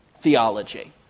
theology